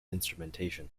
instrumentation